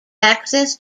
access